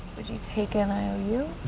would you take an i o u?